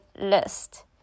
list